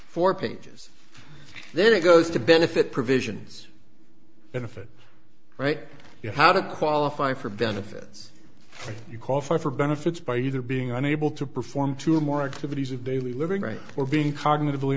for pages then it goes to benefit provisions benefit right you how to qualify for benefits you qualify for benefits by either being unable to perform two or more activities of daily living right or being cognitive